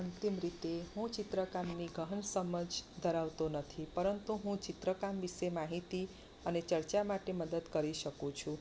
અંતિમ રીતે હું ચિત્રકારની ગહન સમજ ધરાવતો નથી પરંતુ હું ચિત્રકાર વિશે માહિતી અને ચર્ચા માટે મદદ કરી શકું છું